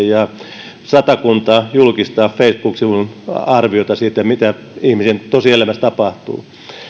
ja facebook sivuille satakunta julkista arviota siitä mitä ihmisen tosielämässä tapahtuu